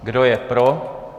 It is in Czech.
Kdo je pro?